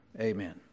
Amen